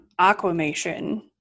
aquamation